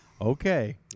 Okay